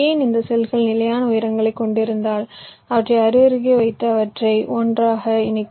இந்த செல்கள் நிலையான உயரங்களைக் கொண்டிருந்தால் அவற்றை அருகருகே வைத்து அவற்றை ஒன்றாக இணைக்கலாம்